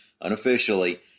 unofficially